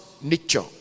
nature